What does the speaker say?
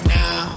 now